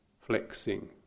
flexing